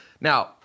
Now